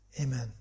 Amen